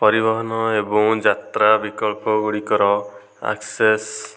ପରିବହନ ଏବଂ ଯାତ୍ରା ବିକଳ୍ପ ଗୁଡ଼ିକର ଆକ୍ସେସ